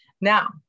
now